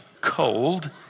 cold